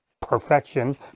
perfection